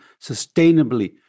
sustainably